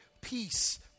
peace